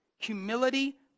Humility